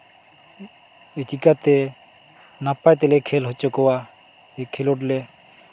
ᱪᱤᱠᱟᱹᱛᱮ ᱱᱟᱯᱟᱭ ᱛᱮᱞᱮ ᱠᱷᱮᱞ ᱦᱚᱪᱚ ᱠᱚᱣᱟ ᱱᱤᱭᱟᱹ ᱠᱷᱮᱞᱳᱰ ᱞᱮ